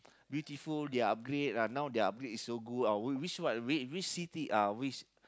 beautiful they upgrade uh now the upgrade is so good uh which what uh which city uh which